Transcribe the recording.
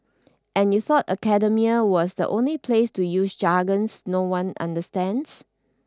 and you thought academia was the only place to use jargons no one understands